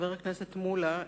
חבר הכנסת מולה,